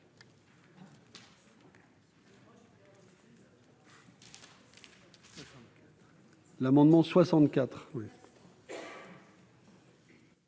L'amendement n°